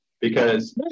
Because-